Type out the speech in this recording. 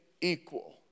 equal